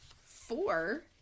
four